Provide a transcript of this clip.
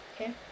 Okay